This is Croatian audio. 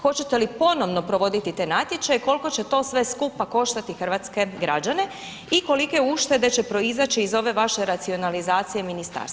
Hoćete li ponovno provoditi te natječaje, koliko će to sve skupa koštati hrvatske građane i kolike uštede će proizaći iz ove vaše racionalizacije ministarstava?